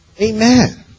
Amen